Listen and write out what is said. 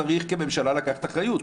כממשלה אתה צריך לקחת אחריות.